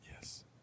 Yes